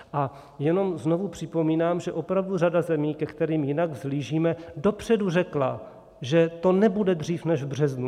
A jenom znovu připomínám, že opravdu řada zemí, ke kterým jinak vzhlížíme, dopředu řekla, že to nebude dřív než v březnu.